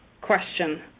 question